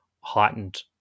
heightened